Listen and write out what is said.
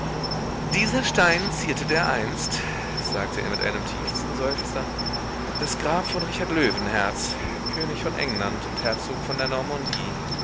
dieser stein zierte dereinst sagte er mit einem tiefen seufzer das grab von richard löwenherz könig von england und herzog von der normandie